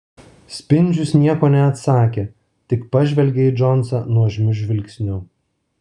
spindžius nieko neatsakė tik pažvelgė į džonsą nuožmiu žvilgsniu